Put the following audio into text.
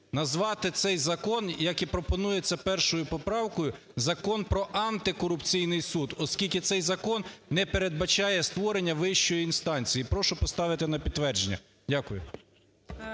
назвати цей закон, як і пропонується 1-ю поправкою, Закон "Про антикорупційний суд", оскільки цей закон не передбачає створення вищої інстанції. Прошу поставити на підтвердження. Дякую.